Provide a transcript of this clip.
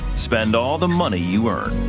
spend all the money you earn.